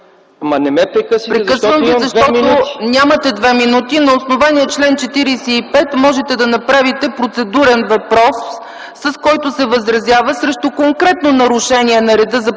Ма не ме прекъсвайте, защото имам две минути.